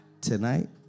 tonight